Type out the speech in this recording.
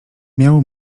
miał